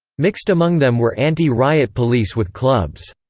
mixed among them were anti-riot police with clubs.